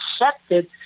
accepted